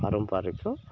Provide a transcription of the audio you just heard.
ପାରମ୍ପାରିକ